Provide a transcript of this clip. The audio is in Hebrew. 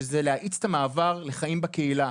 שזה להאיץ את המעבר לחיים בקהילה.